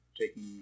taking